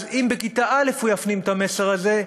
אז אם בכיתה א' הוא יפנים את המסר הזה,